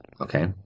Okay